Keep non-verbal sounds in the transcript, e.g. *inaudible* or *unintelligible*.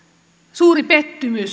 suuri pettymys *unintelligible*